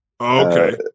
okay